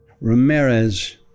Ramirez